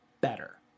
better